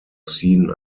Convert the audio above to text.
seen